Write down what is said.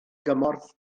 gymorth